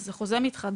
זה חוזה מתחדש,